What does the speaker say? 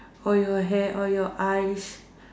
or your hair or your eyes